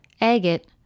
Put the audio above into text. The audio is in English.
Agate